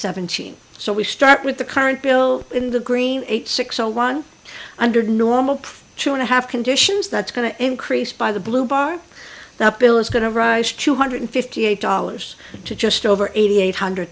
seventeen so we start with the current bill in the green eight six zero one hundred normal per show and a half conditions that's going to increase by the blue bar that bill is going to rise two hundred fifty eight dollars to just over eight hundred